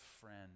friend